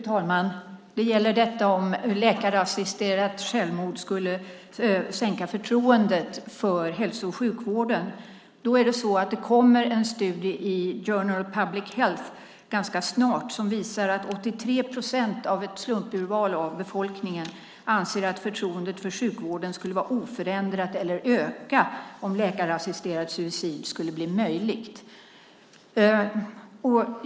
Fru talman! Det gäller detta om läkarassisterat självmord skulle sänka förtroendet för hälso och sjukvården. Det kommer en studie i Scandinavian Journal of Public Health ganska snart som visar att 83 procent av ett slumpurval av befolkningen anser att förtroendet för sjukvården skulle vara oförändrat eller öka om läkarassisterat suicid skulle bli möjligt.